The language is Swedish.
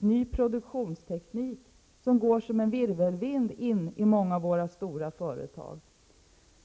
ny produktionsteknik som går som en virvelvind in i många av våra stora företag.